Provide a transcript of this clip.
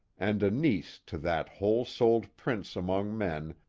and a niece to that whole-souled prince among men,